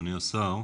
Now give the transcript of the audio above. אדוני השר.